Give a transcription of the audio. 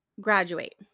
graduate